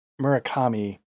Murakami